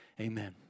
amen